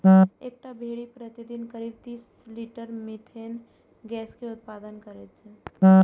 एकटा भेड़ प्रतिदिन करीब तीस लीटर मिथेन गैस के उत्पादन करै छै